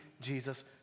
Jesus